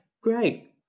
great